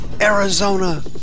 Arizona